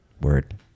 word